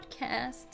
podcast